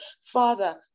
Father